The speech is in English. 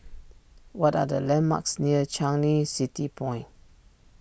what are the landmarks near Changi City Point